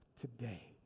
today